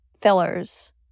fillers